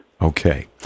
okay